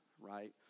right